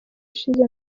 ishize